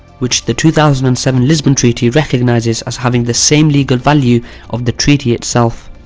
which the two thousand and seven lisbon treaty recognises as having the same legal value of the treaty itself.